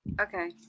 Okay